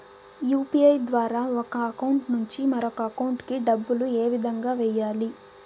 UPI ద్వారా ఒక account నుంచి మరొక అకౌంట్ కి డబ్బులు ఏ విధంగా వెయ్యాలి